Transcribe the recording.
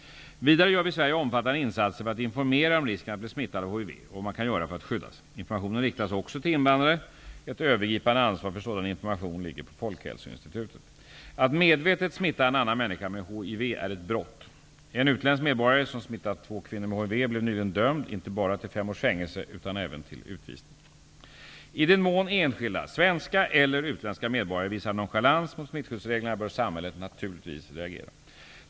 Vidare gör vi i Sverige omfattande insatser för att informera om risken att bli smittad av hiv och vad man kan göra för att skydda sig. Informationen riktas också till invandrare. Ett övergripande ansvar för sådan information ligger på Att medvetet smitta en annan människa med hiv är ett brott. En utländsk medborgare, som smittat två kvinnor med hiv, blev nyligen dömd inte bara till fem års fängelse utan även till utvisning. I den mån enskilda svenska eller utländska medborgare visar nonchalans mot smittskyddsreglerna bör samhället naturligtvis reagera.